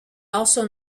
also